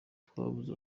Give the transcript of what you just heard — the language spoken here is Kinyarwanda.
twabuze